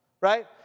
Right